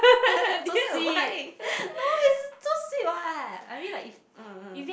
so sweet no it's so sweet what I mean like if uh